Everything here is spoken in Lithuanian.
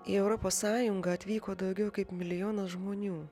į europos sąjungą atvyko daugiau kaip milijonas žmonių